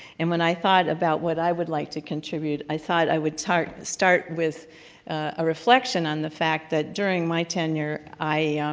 and when i thought about what i would like to contribute, i thought i would start start with a reflection on the fact that during my tenure, i